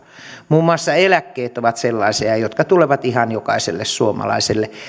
muun muassa eläkkeet ovat sellaisia jotka tulevat ihan jokaiselle suomalaiselle